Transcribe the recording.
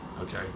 okay